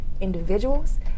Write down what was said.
individuals